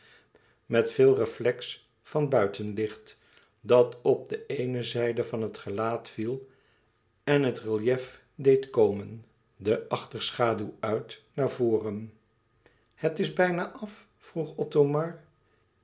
met veel reflet van buitenlicht dat op de eene zijde van het gelaat e ids aargang viel en het en relief deed komen de achterschaduw uit naar voren het is bijna af vroeg